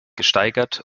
gesteigert